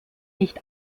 nicht